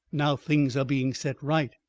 now things are being set right.